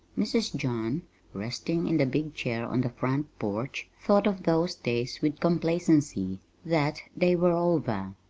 mrs. john resting in the big chair on the front porch, thought of those days with complacency that they were over.